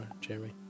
Jeremy